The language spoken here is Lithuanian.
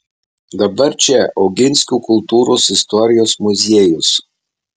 dabar čia oginskių kultūros istorijos muziejus